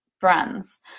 brands